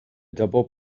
double